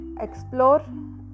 explore